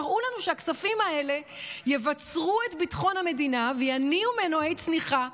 תראו לנו שהכספים האלה יבצרו את ביטחון המדינה ויניעו מנועי צמיחה,